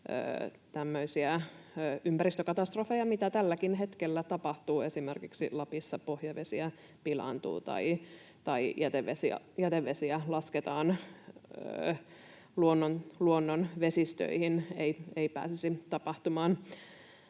ympäristökatastrofeja, mitä tälläkin hetkellä tapahtuu — esimerkiksi Lapissa pohjavesiä pilaantuu tai jätevesiä lasketaan luonnon vesistöihin — ei pääsisi tapahtumaan.